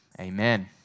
Amen